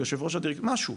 משהו?